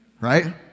Right